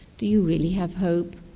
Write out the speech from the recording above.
do you really have hope?